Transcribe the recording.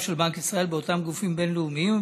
של בנק ישראל באותם גופים בין-לאומיים,